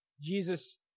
Jesus